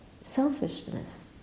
selfishness